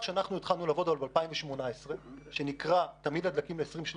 שאנחנו התחלנו לעבוד עליו ב-2018 שנקרא "תמהיל הדלקים ב-2030"